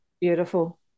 beautiful